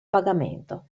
pagamento